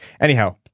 Anyhow